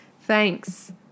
Thanks